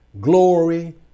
glory